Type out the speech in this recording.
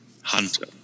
hunter